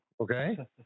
okay